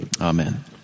Amen